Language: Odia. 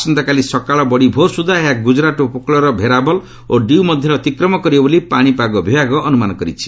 ଆସନ୍ତାକାଲି ସକାଳ ବଡ଼ି ଭୋର୍ ସୁଦ୍ଧା ଏହା ଗୁଜରାଟ୍ ଉପକୂଳର ଭେରାବଲ୍ ଓ ଡିୟୁ ମଧ୍ୟରେ ଅତିକ୍ରମ କରିବ ବୋଲି ପାଣିପାଗ ବିଭାଗ ଅନୁମାନ କରୁଛି